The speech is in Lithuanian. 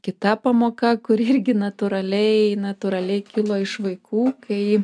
kita pamoka kuri irgi natūraliai natūraliai kilo iš vaikų kai